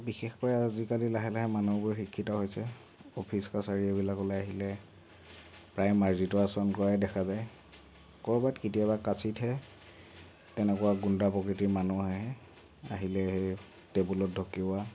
আৰু বিশেষকৈ আজিকালি লাহে লাহে মানুহবোৰ শিক্ষিত হৈছে অফিচ কাছাৰী এইবিলাকলৈ আহিলে প্ৰায় মাৰ্জিত আচৰণ কৰাই দেখা যায় ক'ৰবাত কেতিয়াবা কাচিৎহে তেনেকুৱা গুণ্ডা প্ৰকৃতিৰ মানুহ আহে আহিলে সেই টেবুলত ঢকিওৱা